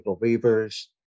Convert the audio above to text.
believers